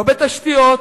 לא בתשתיות,